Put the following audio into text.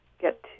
get